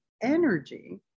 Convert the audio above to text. energy